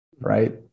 Right